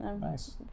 Nice